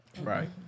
right